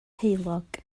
heulog